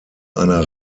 einer